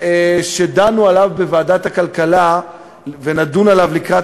שדנו עליו בוועדת הכלכלה ונדון עליו לקריאת